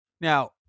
now